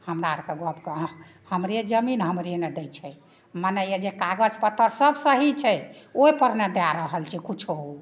हमरा आरके गप कहए हमरे जमीन हमरे नहि दै छै मने यए जे कागज पत्तर सब सही छै ओहिपर ने दए रहल छै किछो